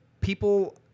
people